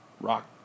Rock